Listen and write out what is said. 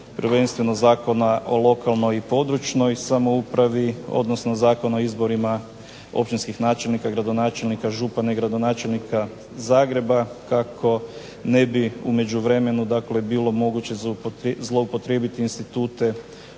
prvenstveno Zakona o lokalnoj i područnoj samoupravi odnosno Zakona o izborima općinskih načelnika, gradonačelnika, župana i gradonačelnika Zagreba kako ne bi u međuvremenu bilo moguće zloupotrijebiti institute